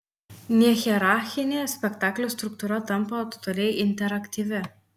nehierarchinė spektaklio struktūra tampa totaliai interaktyvi